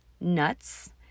nuts